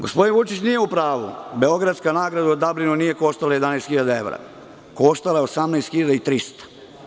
Gospodin Vučić nije u pravu, beogradska nagrada u Dablinu nije koštala 11 hiljada evra, koštala je 18.300.